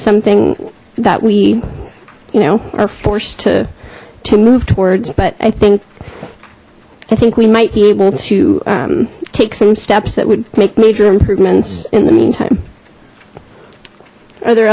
something that we you know are forced to to move towards but i think i think we might be able to take some steps that would make major improvements in the meantime are there